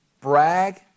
brag